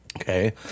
Okay